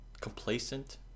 complacent